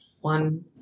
One